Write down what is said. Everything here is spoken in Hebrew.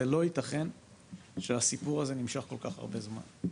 זה לא ייתכן שהסיפור הזה נמשך כל כך הרבה זמן.